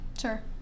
Sure